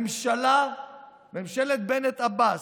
ממשלת בנט-עבאס,